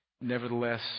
Nevertheless